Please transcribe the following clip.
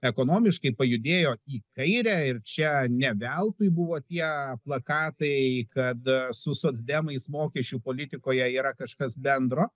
ekonomiškai pajudėjo į kairę ir čia ne veltui buvo tie plakatai kad su socdemais mokesčių politikoje yra kažkas bendro